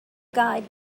guide